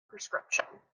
prescription